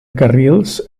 carrils